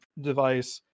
device